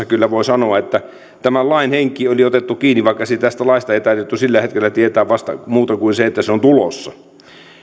kyllä sanoa että siinä oppilaitoksessa tämän lain henki oli otettu kiinni vaikka tästä laista ei taidettu sillä hetkellä tietää muuta kuin se että se on tulossa